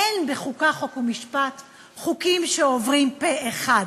אין בחוקה, חוק ומשפט חוקים שעוברים פה-אחד.